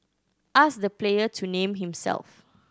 ask the player to name himself